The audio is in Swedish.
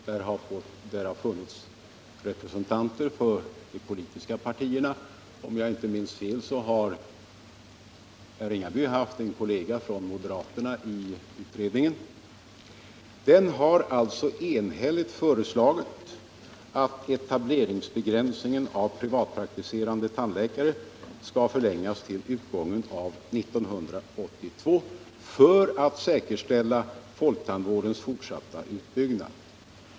Där har funnits representanter för de politiska partierna, och om jag inte minns fel har herr Ringaby haft en kollega från moderaterna i utredningen. Den har alltså enhälligt föreslagit att etableringsbegränsningen när det gäller privatpraktiserande tandläkare skall förlängas till utgången av 1982 för att man därigenom skall säkerställa folktandvårdens fortsatta utbyggnad.